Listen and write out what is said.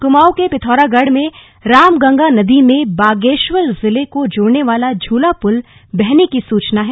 कुमाऊं के पिथौरागढ़ में राम गंगा नदी में बागेश्वर जिले को जोड़ने वाला झूला पुल बहने की सूचना है